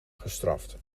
gestraft